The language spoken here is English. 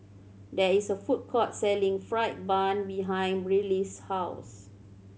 there is a food court selling fried bun behind Brylee's house